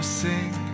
sing